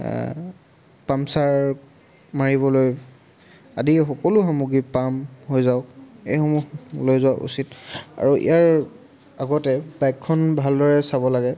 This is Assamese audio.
পাংচাৰ মাৰিবলৈ আদি সকলো সামগ্ৰী পাম্প হৈ যাওক এইসমূহ লৈ যোৱা উচিত আৰু ইয়াৰ আগতে বাইকখন ভালদৰে চাব লাগে